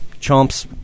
chomps